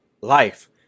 life